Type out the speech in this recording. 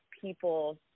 people